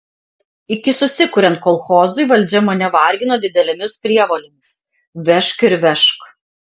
iki susikuriant kolchozui valdžia mane vargino didelėmis prievolėmis vežk ir vežk